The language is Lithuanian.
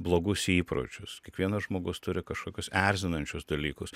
blogus įpročius kiekvienas žmogus turi kažkokius erzinančius dalykus